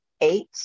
eight